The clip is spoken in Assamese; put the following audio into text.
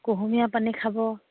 কুহুমীয়া পানী খাব